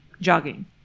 jogging